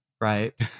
right